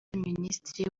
minisitiri